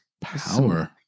power